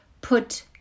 put